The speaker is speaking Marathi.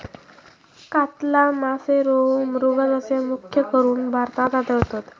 कातला मासे, रोहू, मृगल मासे मुख्यकरून भारतात आढळतत